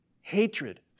Hatred